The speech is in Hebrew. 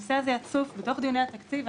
הנושא הזה יצוף בתוך דיוני התקציב,